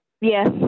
yes